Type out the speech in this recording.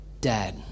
Dad